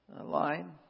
line